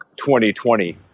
2020